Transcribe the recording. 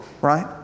Right